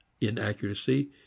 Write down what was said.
inaccuracy